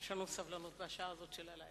יש לנו סבלנות בשעה הזאת של הלילה.